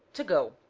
to go,